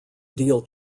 deal